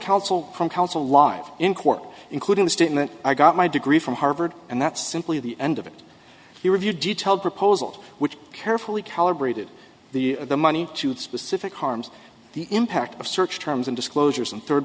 counsel from counsel live in court including the statement i got my degree from harvard and that's simply the end of it he reviewed detailed proposal which carefully calibrated the the money to the specific harms the impact of search terms and disclosures and third